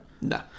No